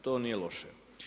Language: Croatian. To nije loše.